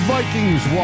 Vikings